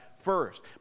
first